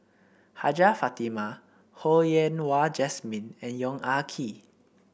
Hajjah Fatimah Ho Yen Wah Jesmine and Yong Ah Kee